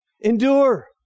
Endure